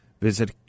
Visit